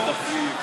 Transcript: לא,